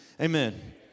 Amen